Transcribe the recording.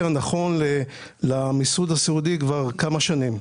הנכון למיסוד הסיעודי כבר כמה שנים.